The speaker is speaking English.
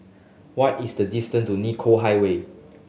what is the distance to Nicoll Highway